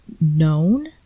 known